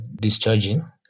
discharging